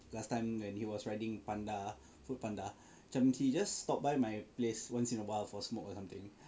last time when he was riding panda Foodpanda he just stop by my place once in a while for smoke or something